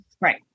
Right